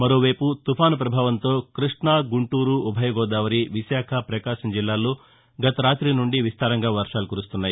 మరొకవైపు తుపాసు ప్రభావంతో కృష్ణా గుంటూరు ఉభయ గోదావరి విశాఖ ప్రకాశం జిల్లాల్లో గత రాతి నుండి విస్తారంగా వర్వాలు కురుస్తున్నాయి